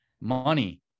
money